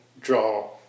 draw